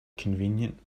convenient